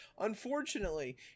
Unfortunately